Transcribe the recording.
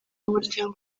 umuryango